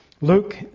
Luke